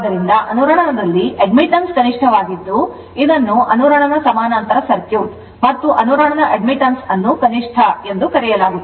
ಆದ್ದರಿಂದ ಅನುರಣನದಲ್ಲಿ admittance ಕನಿಷ್ಟವಾಗಿದ್ದು ಇದನ್ನು ಅನುರಣನ ಸಮಾನಾಂತರ ಸರ್ಕ್ಯೂಟ್ ಮತ್ತು ಅನುರಣನ admittance ಅನ್ನು ಕನಿಷ್ಠ ಎಂದು ಕರೆಯಲಾಗುತ್ತದೆ